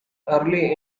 early